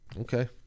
okay